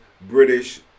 british